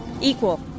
Equal